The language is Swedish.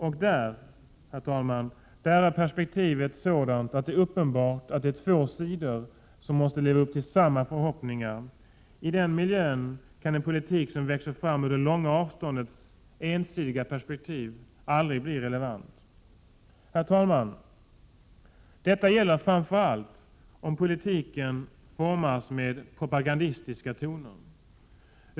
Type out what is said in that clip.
Och där, herr talman, är perspektivet sådant att det är uppenbart att det är två sidor som måste leva upp till samma förhoppningar. I den miljön kan en politik som växer fram ur det långa avståndets ensidiga perspektiv aldrig bli relevant. Herr talman! Detta gäller framför allt om politiken utformas på ett propagandistiskt sätt.